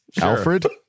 Alfred